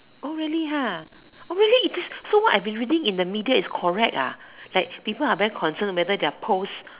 oh really oh really it is so what I've been reading in the media is correct like people are very concern whether their post